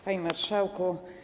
Panie Marszałku!